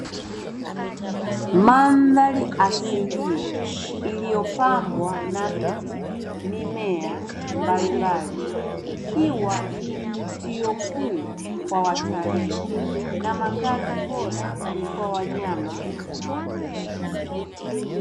Mandhari asilia iliyopambwa na miti, mimea mbali mbali ikiwa ni kivutio kikuu kwa watalii na makazi bora kwa wanyama na wadudu.